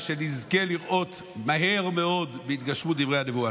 ושנזכה לראות מהר מאוד בהתגשמות דברי הנבואה.